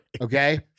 Okay